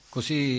Così